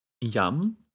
Yum